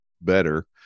better